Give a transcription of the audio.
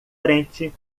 frente